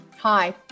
Hi